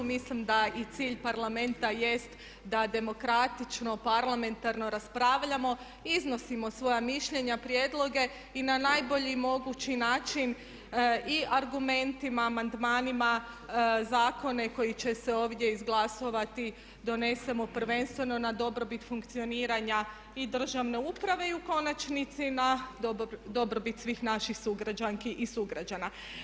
Mislim da i cilj Parlamenta jest da demokratično, parlamentarno raspravljamo, iznosimo svoja mišljenja, prijedloge i na najbolji mogući način i argumentima, amandmanima zakone koji će se ovdje izglasati donesemo prvenstveno na dobrobit funkcioniranja i državne uprave i u konačnici na dobrobit svih naših sugrađanki i sugrađana.